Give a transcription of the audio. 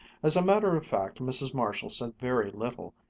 as a matter of fact mrs. marshall said very little,